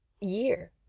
year